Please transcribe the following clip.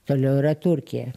toliau yra turkija